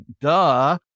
duh